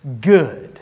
good